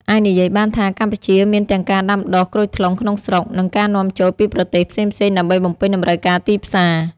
អាចនិយាយបានថា កម្ពុជាមានទាំងការដាំដុះក្រូចថ្លុងក្នុងស្រុក និងការនាំចូលពីប្រទេសផ្សេងៗដើម្បីបំពេញតម្រូវការទីផ្សារ។